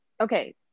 okay